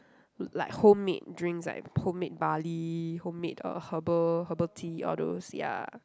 like homemade drinks like homemade barley homemade uh herbal herbal tea all those ya